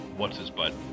what's-his-butt